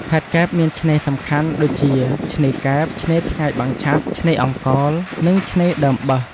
ខេត្តកែបមានឆ្នេរសំខាន់ដូចជា ឆ្នេរកែប ឆ្នេរថ្ងៃបាំងឆ័ត្រ ឆ្នេរអង្កោល និងឆ្នេរដើមបើស។